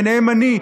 וביניהם אני,